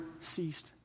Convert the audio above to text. ceased